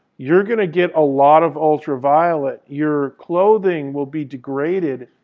you're going to get a lot of ultraviolet. your clothing will be degraded,